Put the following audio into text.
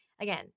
again